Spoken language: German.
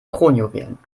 kronjuwelen